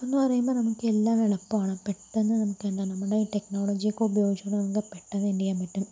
എന്ന് പറയുമ്പോൾ നമുക്ക് എല്ലാം എളുപ്പമാണ് പെട്ടെന്ന് നമുക്കെല്ലാം നമ്മുടെ ടെക്നോളജിയൊക്കെ ഉപയോഗിച്ച് കൊണ്ട് നമുക്ക് പെട്ടെന്ന് എന്ത് ചെയ്യാൻ പറ്റും